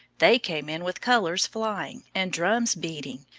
they came in with colors flying, and drums beating,